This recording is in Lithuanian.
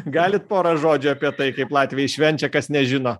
galit porą žodžių apie tai kaip latviai švenčia kas nežino